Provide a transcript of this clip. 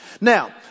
Now